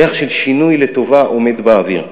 ריח של שינוי לטובה עומד באוויר,